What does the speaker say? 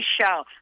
show